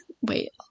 wait